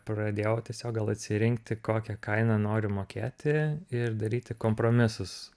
pradėjau tiesiog gal atsirinkti kokią kainą noriu mokėti ir daryti kompromisus